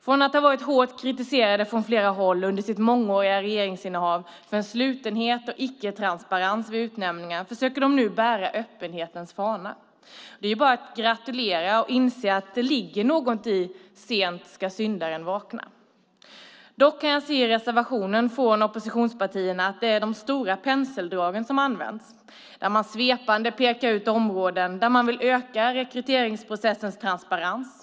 Från att ha varit hårt kritiserade från flera håll under sitt mångåriga regeringsinnehav för en slutenhet och icke-transparens vid utnämningar försöker de nu bära öppenhetens fana. Det är bara att gratulera och inse att det ligger något i att sent ska syndaren vakna. Dock kan jag se i reservationen från oppositionspartierna att det är de stora penseldragen som används. Man pekar svepande ut områden där man vill öka rekryteringsprocessens transparens.